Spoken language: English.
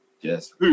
Yes